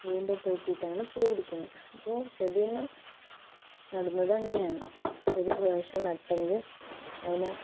വീണ്ടും തീർത്തിട്ടാണ് പൂ പിടിക്കുന്നത് അപ്പോൾ ചെടിയെല്ലാം നടുന്നത് അങ്ങനെയാണ് ഒരു പ്രാവശ്യം നട്ടെങ്കിൽ അതിനെ